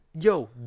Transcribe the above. Yo